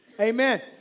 Amen